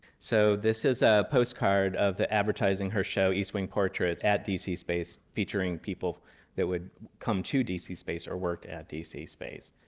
so this is a postcard of the advertising her show, east wing portraits at d c. space, featuring people that would come to d c. space or worked at d c. space.